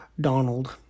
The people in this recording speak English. Donald